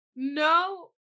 No